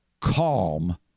calm